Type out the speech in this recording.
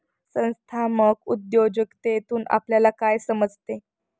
संस्थात्मक उद्योजकतेतून आपल्याला काय समजते?